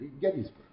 Gettysburg